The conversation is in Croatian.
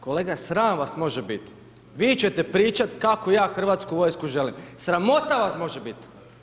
Kolega, sram vas može bit', vi će te pričat kako ja hrvatsku vojsku želim, sramota vas može bit'